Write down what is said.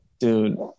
Dude